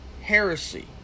heresy